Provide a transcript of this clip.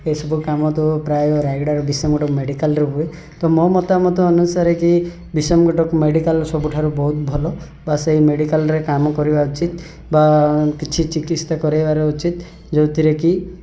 ଏଇ ସବୁ କାମ ତ ପ୍ରାୟ ରାଇଡ଼ାର ବିଷମଗଡ଼ ମେଡ଼ିକାଲ୍ରେ ହୁଏ ତ ମୋ ମତାମତ ଅନୁସାରେ କି ବିଷମଗଡ଼ ମେଡ଼ିକାଲ୍ ସବୁଠାରୁ ବହୁତ ଭଲ ବା ସେଇ ମେଡ଼ିକାଲ୍ରେ କାମ କରିବା ଉଚିତ୍ ବା କିଛି ଚିକିତ୍ସା କରେଇବାର ଉଚିତ୍ ଯେଉଁଥିରେ କି